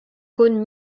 caunes